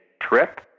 trip